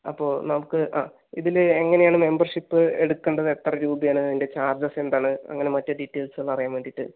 അപ്പോൾ നമുക്ക് ആ ഇതില് എങ്ങനെയാണ് മെമ്പർഷിപ്പ് എടുക്കേണ്ടത് എത്ര രൂപ ആണ് ഇതിൻ്റെ ചാർജെസ് എന്താണ് അങ്ങനെ മറ്റ് ഡീറ്റെയിൽസുകൾ അറിയാൻ വേണ്ടിയിട്ട്